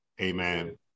Amen